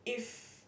if